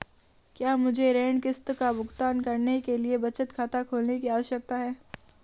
क्या मुझे ऋण किश्त का भुगतान करने के लिए बचत खाता खोलने की आवश्यकता है?